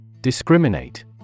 Discriminate